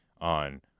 on